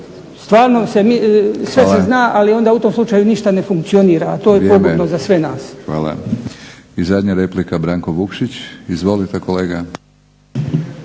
Hvala.